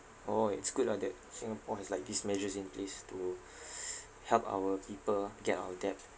orh it's good lah that singapore has like these measures in place to help our people ah get out of debt